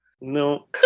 No